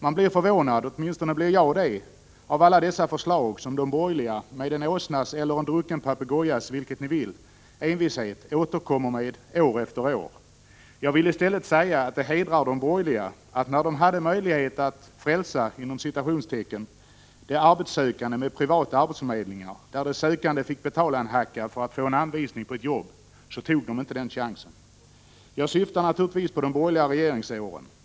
Man blir förvånad — åtminstone blir jag det — av alla dessa förslag som de borgerliga med en åsnas eller en drucken papegojas, vilket ni vill, envishet återkommer med år efter år. Jag vill dock säga att det hedrar de borgerliga att de inte tog chansen att när de hade möjlighet ”frälsa” de arbetssökande med privata arbetsförmedlingar, där de sökande fick betala en hacka för att få en anvisning på ett jobb. Jag | syftar naturligtvis på de borgerliga regeringsåren.